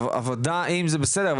עבודה עם מסכים זה בסדר,